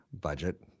budget